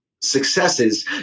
successes